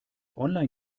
online